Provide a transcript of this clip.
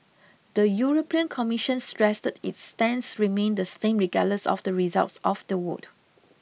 the European Commission stressed its stance remained the same regardless of the results of the vote